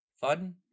Fun